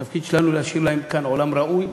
התפקיד שלנו הוא להשאיר להם כאן עולם ראוי,